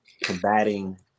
combating